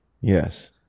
Yes